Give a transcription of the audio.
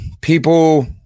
People